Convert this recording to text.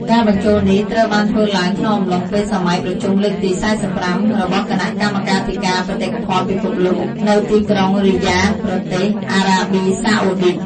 ការបញ្ចូលនេះត្រូវបានធ្វើឡើងក្នុងអំឡុងពេលសម័យប្រជុំលើកទី៤៥ របស់គណៈកម្មាធិការបេតិកភណ្ឌពិភពលោក នៅទីក្រុងរីយ៉ាដ ប្រទេសអារ៉ាប៊ីសាអូឌីត។